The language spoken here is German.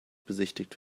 besichtigt